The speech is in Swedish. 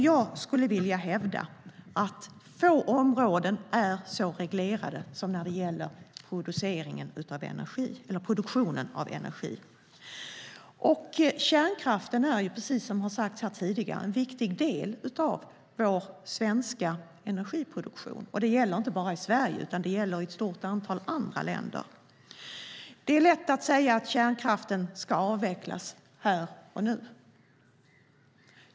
Jag vill hävda att få områden är så reglerade som produktionen av energi. Kärnkraften är, precis som har sagts här tidigare, en viktig del av vår svenska energiproduktion, och det gäller inte bara i Sverige utan i ett stort antal andra länder också. Det är lätt att säga att kärnkraften ska avvecklas här och nu.